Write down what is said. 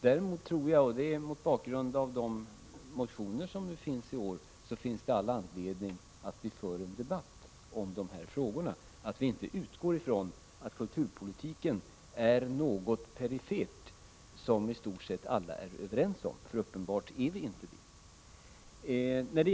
Däremot tror jag, mot bakgrund av de motioner som föreligger i år, att vi har all anledning att föra en debatt om dessa frågor och att vi inte skall utgå ifrån att kulturpolitiken är något perifert som i stort sett alla är överens om — för uppenbarligen är den inte det.